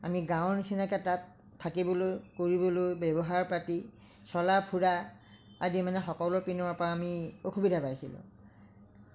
আমি গাঁৱৰ নিচিনাকৈ তাত থাকিবলৈ কৰিবলৈ ব্যৱহাৰ পতি চলা ফুৰা আদি মানে সকলো পিনৰ পৰা আমি অসুবিধা পাইছিলোঁ